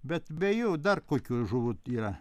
bet be jų dar kokių žuvų yra